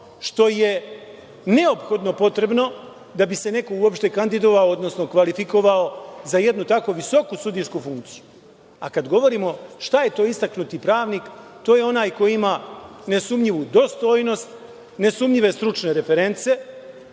što je neophodno potrebno da bi se neko uopšte kandidovao, odnosno kvalifikovao za jednu tako visoku sudijsku funkciju. A kada govorimo šta je to istaknuti pravnik, to je onaj koji ima nesumnjivu dostojnost, nesumnjive stručne reference,